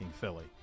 Philly